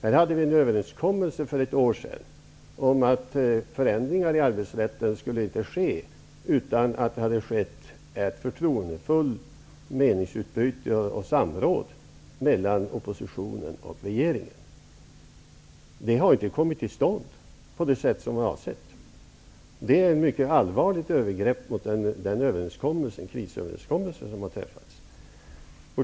Vi hade en överenskommelse för ett år sedan om att förändringar i arbetsrätten inte skulle ske utan att det hade skett ett förtroendefullt meningsutbyte och samråd mellan oppositionen och regeringen. Det har inte kommit till stånd på det sätt som var avsett. Det är ett mycket allvarligt övergrepp mot den krisöverenskommelse som har träffats.